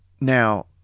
now